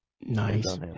nice